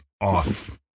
off